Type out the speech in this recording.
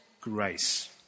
grace